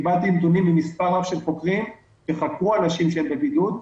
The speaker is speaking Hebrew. קיבלתי נתונים ממספר רב של חוקרים שחקרו אנשים בבידוד,